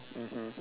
mmhmm